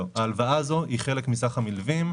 לא, ההלוואה הזו היא חלק מסך המלווים.